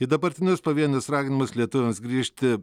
į dabartinius pavienius raginimus lietuviams grįžti